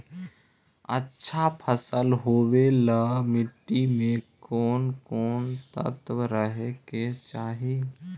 अच्छा फसल होबे ल मट्टी में कोन कोन तत्त्व रहे के चाही?